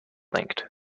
linked